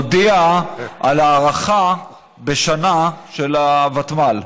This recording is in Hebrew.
הוא הודיע על הארכה בשנה של הוותמ"ל.